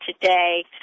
today